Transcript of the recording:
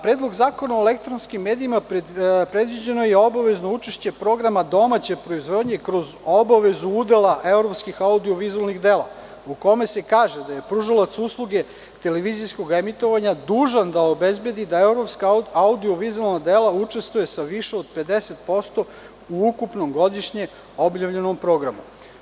Predlogom zakona o elektronskim medijima je predviđeno obavezno učešće programa domaće proizvodnje, kroz obavezu udela evropskih audio vizuelnih dela, u kome se kaže da pružalac usluge televizijskog emitovanja dužan da obezbedi da evropska audio vizuelna dela učestvuju sa više od 50% u ukupnom godišnje objavljenom programu.